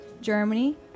Germany